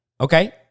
Okay